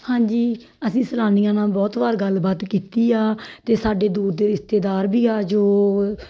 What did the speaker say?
ਹਾਂਜੀ ਅਸੀਂ ਸੈਲਾਨੀਆਂ ਨਾਲ ਬਹੁਤ ਵਾਰ ਗੱਲਬਾਤ ਕੀਤੀ ਆ ਅਤੇ ਸਾਡੇ ਦੂਰ ਦੇ ਰਿਸ਼ਤੇਦਾਰ ਵੀ ਆ ਜੋ